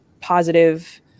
positive